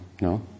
no